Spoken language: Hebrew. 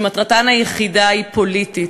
שמטרתם היחידה היא פוליטית: